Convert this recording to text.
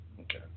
Okay